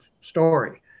story